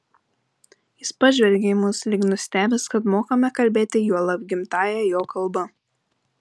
jis pažvelgė į mus lyg nustebęs kad mokame kalbėti juolab gimtąja jo kalba